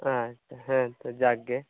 ᱟᱪᱪᱷᱟ ᱦᱮᱸᱛᱚ ᱡᱟᱠᱜᱮ